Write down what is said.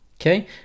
Okay